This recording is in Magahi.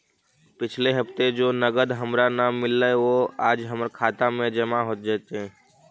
पिछले हफ्ते जो नकद हमारा न मिललइ वो आज हमर खता में जमा हो जतई